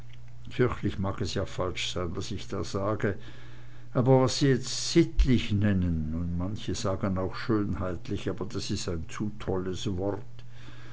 mag es ja falsch sein was ich da so sage aber was sie jetzt sittlich nennen und manche sagen auch schönheitlich aber das is ein zu dolles wort